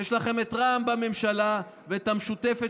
יש לכם את רע"מ בממשלה ואת המשותפת,